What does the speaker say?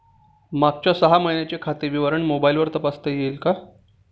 मागच्या सहा महिन्यांचे खाते विवरण मोबाइलवर तपासता येईल का?